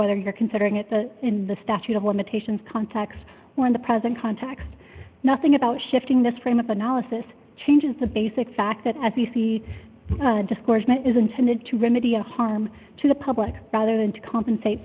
whether you're considering it the in the statute of limitations contacts or in the present context nothing about shifting this frame of analysis changes the basic fact that as we see disgorgement is intended to remedy a harm to the public rather than to compensate